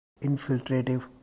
infiltrative